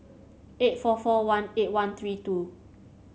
eight four four one eight one three two